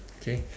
okay